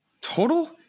Total